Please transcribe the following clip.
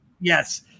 Yes